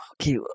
okay